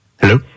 Hello